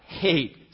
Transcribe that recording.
hate